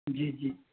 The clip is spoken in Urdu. جی جی